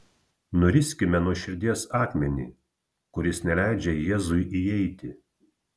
nuriskime nuo širdies akmenį kuris neleidžia jėzui įeiti